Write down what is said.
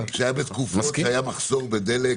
כשהיה מחסור בדלק,